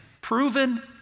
proven